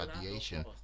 radiation